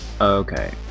Okay